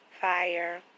Fire